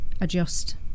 adjust